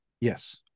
yes